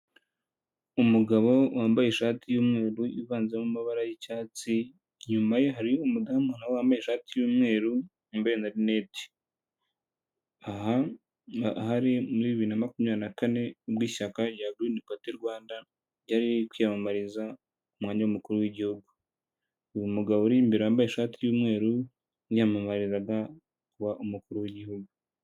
Umugabo wambaye ishati y'umweru ivanzemo amabara y'icyatsi, inyuma ye hari umudamu na we wambaye ishati y'umweru, yambaye na rinete, aha hari muri bibiri na makumyabiri na kane ubwo ishyaka rya Green party Rwanda ryari riri kwiyamamariza umwanya w'umukuru w'igihugu, uyu mugabo uri imbere wambaye ishati y'umweru yiyamamarizaga kuba umukuru w'igihugu.